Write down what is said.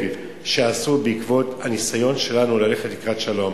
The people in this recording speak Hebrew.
שעשו בעקבות הניסיון שלנו ללכת לקראת שלום.